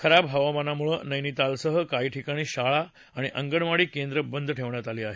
खराब हवामानामुळे नैनीतालसह काही ठिकाणी शाळा आणि अंगणवाडी केंद्र बंद ठेवली आहेत